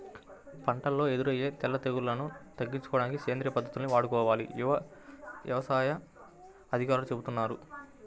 పంటల్లో ఎదురయ్యే తెగుల్లను తగ్గించుకోడానికి సేంద్రియ పద్దతుల్ని వాడుకోవాలని యవసాయ అధికారులు చెబుతున్నారు